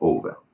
Over